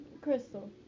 Crystal